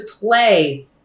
play